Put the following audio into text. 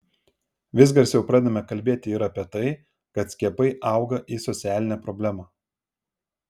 vis garsiau pradedame kalbėti ir apie tai kad skiepai auga į socialinę problemą